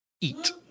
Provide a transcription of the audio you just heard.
eat